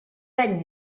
any